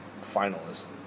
finalist